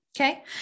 Okay